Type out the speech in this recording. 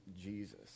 Jesus